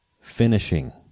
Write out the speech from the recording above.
Finishing